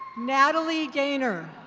natalie gainer.